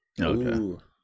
Okay